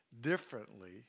differently